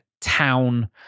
town